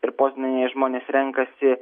ir poznanėje žmonės renkasi